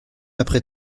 après